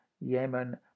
Yemen